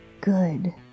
good